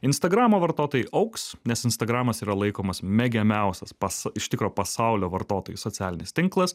instagramo vartotojai augs nes instagramas yra laikomas mėgiamiausias pasa iš tikro pasaulio vartotojų socialinis tinklas